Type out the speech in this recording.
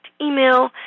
email